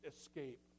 escape